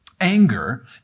Anger